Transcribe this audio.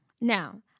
Now